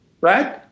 right